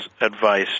advice